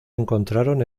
encontraron